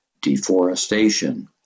Deforestation